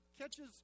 catches